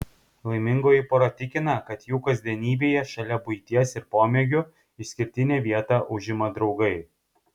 laimingoji pora tikina kad jų kasdienybėje šalia buities ir pomėgių išskirtinę vietą užima draugai